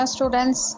Students